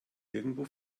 nirgendwo